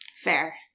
Fair